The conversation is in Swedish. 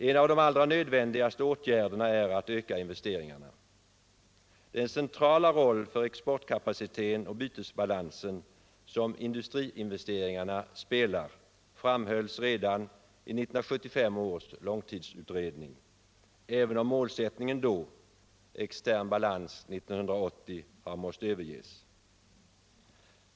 En av de allra nödvändigaste åtgärderna är att öka investeringarna. Den centrala roll för exportkapaciteten och bytesbalansen som industriinvesteringarna spelar framhölls redan i 1975 års långtidsutredning, även om målsättningen då — extern balans 1980 — har måst överges.